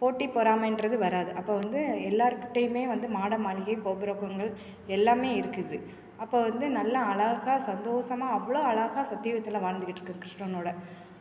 போட்டி பொறாமைன்றது வராது அப்போது வந்து எல்லாருக்கிட்டேயுமே வந்து மாட மாளிகை கோபுரங்கள் எல்லாமே இருக்குது அப்போது வந்து நல்லா அழகா சந்தோஷமாக அவ்வளோ அழகா சக்தி யுகத்தில் வாழ்ந்துக்கிட்ருக்க கிருஷ்ணனோடு